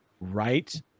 right